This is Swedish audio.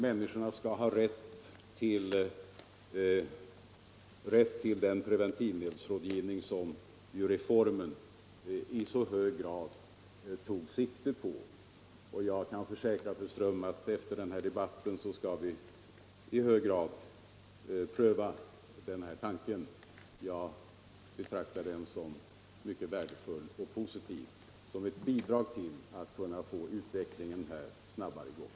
Människorna skall ha rätt till den preventivmedelsrådgivning som reformen i så hög grad tog sikte på. Jag kan försäkra fru Ström att vi efter denna debatt verkligen skall pröva den tanke som hon framfört. Jag betraktar den som mycket värdefull och som ett positivt bidrag till strävandena att få till stånd en snabbare utveckling på preventivmedelsrådgivningens område.